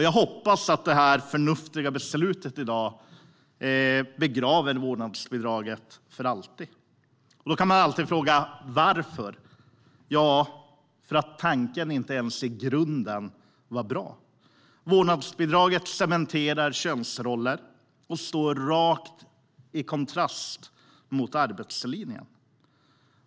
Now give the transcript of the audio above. Jag hoppas att det förnuftiga beslutet i dag begraver vårdnadsbidraget för alltid. Då kan man fråga varför. Ja, för att tanken inte ens i grunden var bra. Vårdnadsbidraget cementerar könsroller och står i rak kontrast till arbetslinjen.